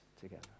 together